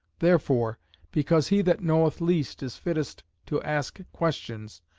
therefore because he that knoweth least is fittest to ask questions,